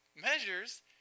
measures